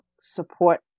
support